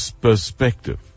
perspective